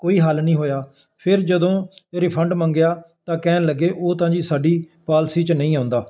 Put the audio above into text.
ਕੋਈ ਹੱਲ ਨਹੀਂ ਹੋਇਆ ਫਿਰ ਜਦੋਂ ਰਿਫੰਡ ਮੰਗਿਆ ਤਾਂ ਕਹਿਣ ਲੱਗੇ ਉਹ ਤਾਂ ਜੀ ਸਾਡੀ ਪਾਲਸੀ 'ਚ ਨਹੀਂ ਆਉਂਦਾ